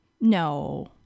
No